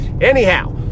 anyhow